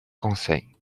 conseils